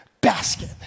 basket